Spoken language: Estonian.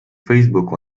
facebook